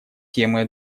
темы